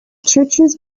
churches